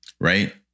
Right